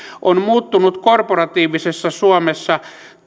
on muuttunut korporatiivisessa suomessa